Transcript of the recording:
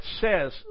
says